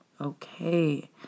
okay